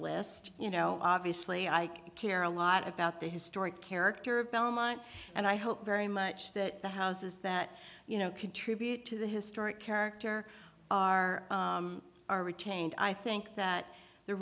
list you know obviously i care a lot about the historic character of belmont and i hope very much that the houses that you know contribute to the historic character are are retained i think that the